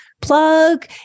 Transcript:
Plug